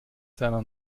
seiner